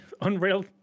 Unreal